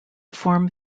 form